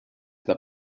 the